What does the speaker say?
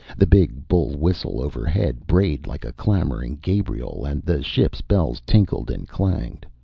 the big bull whistle overhead brayed like a clamoring gabriel, and the ship's bells tinkled and clanged.